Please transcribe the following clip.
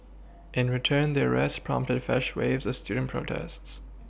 in return the arrests prompted fresh waves of student protests